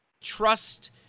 trust